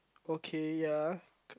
okay ya